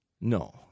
No